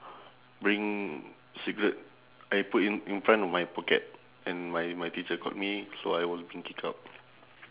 bring cigarette I put in in front of my pocket and my my teacher caught me so I was being kick out